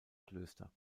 klöster